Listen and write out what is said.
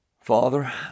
Father